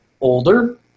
older